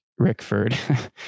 Rickford